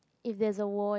if there's a war in